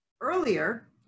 earlier